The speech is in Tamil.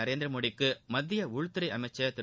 நரேந்திரமோடிக்கு மத்திய உள்துறை அமைச்சா் திரு